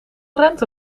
rente